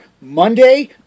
Monday